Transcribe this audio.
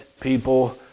people